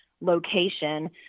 location